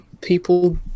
people